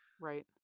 right